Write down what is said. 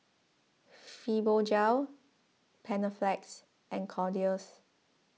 Fibogel Panaflex and Kordel's